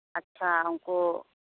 ᱟᱪᱪᱷᱟ ᱩ ᱱᱠᱩ